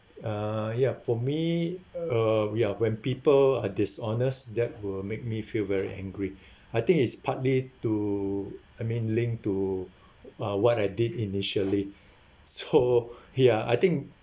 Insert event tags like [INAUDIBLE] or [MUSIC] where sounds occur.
uh ya for me uh we are when people are dishonest that will make me feel very angry [BREATH] I think it's partly to I mean linked to [BREATH] uh what I did initially [BREATH] [LAUGHS] so [BREATH] ya I think